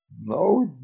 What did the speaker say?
no